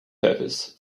purpose